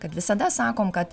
kad visada sakom kad